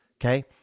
okay